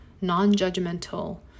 non-judgmental